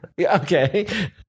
Okay